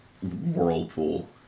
whirlpool